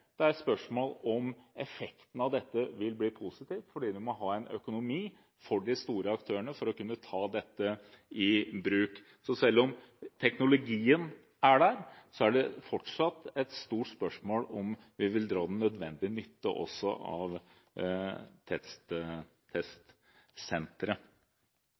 det et spørsmål om effekten av dette vil bli positiv, fordi man må ha en økonomi for de store aktørene for å kunne ta dette i bruk. Så selv om teknologien er der, er det fortsatt et stort spørsmål om vi vil dra den nødvendige nytte av